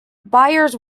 buyers